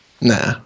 Nah